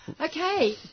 Okay